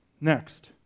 next